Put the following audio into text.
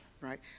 right